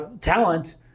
talent